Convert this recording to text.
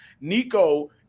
Nico